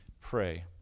pray